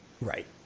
right